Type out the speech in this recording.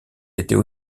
était